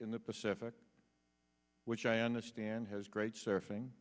in the pacific which i understand has great surfing